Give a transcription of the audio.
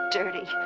dirty